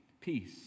peace